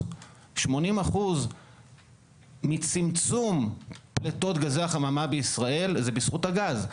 80% מצמצום פליטות גזי החממה בישראל זה בזכות הגז.